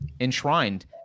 enshrined